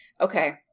okay